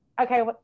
okay